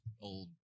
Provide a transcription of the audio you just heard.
old